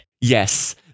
Yes